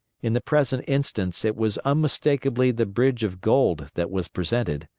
in the present instance it was unmistakably the bridge of gold that was presented.